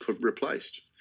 replaced